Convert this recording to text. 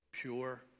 Pure